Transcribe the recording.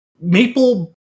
maple